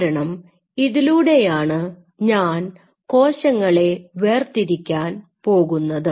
കാരണം ഇതിലൂടെയാണ് ഞാൻ കോശങ്ങളെ വേർതിരിക്കാൻ പോകുന്നത്